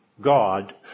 God